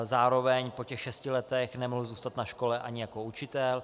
Zároveň po šesti letech nemohl zůstat na škole ani jako učitel.